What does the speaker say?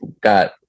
got